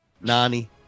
Nani